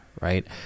right